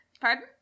Pardon